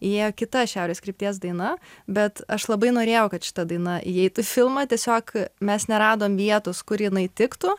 įėjo kita šiaurės krypties daina bet aš labai norėjau kad šita daina įeitų į filmą tiesiog mes neradom vietos kur jinai tiktų